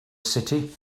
city